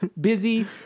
busy